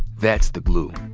that's the glue.